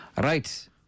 Right